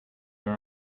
are